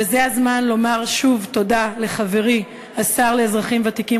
וזה הזמן לומר שוב תודה לחברי השר לאזרחים ותיקים,